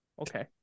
okay